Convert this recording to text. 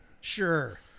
Sure